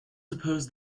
suppose